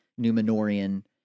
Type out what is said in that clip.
Numenorian